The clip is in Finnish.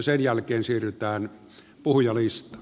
sen jälkeen siirrytään puhujalistaan